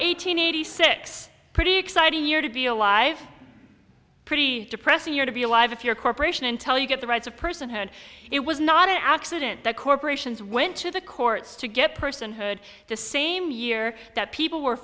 hundred eighty six pretty exciting year to be alive pretty depressing year to be alive if your corporation intel you get the rights of personhood it was not an accident that corporations went to the courts to get personhood the same year that people were